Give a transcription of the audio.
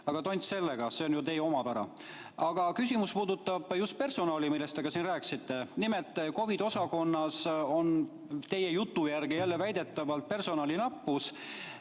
Aga tont sellega, see on ju teie omapära. Küsimus puudutab just personali, millest te ka siin rääkisite. Nimelt, COVID‑osakonnas on teie jutu järgi väidetavalt personalinappus